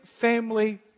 family